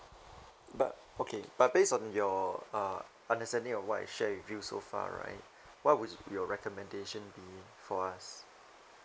but okay but based on your uh understanding of what I shared with you so far right what would your recommendation be for us